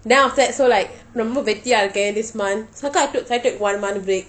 then after that so like ரோம்ப வெட்டியாக இருக்கேன்:romba vettiyaka irukken this month so called so I took one month break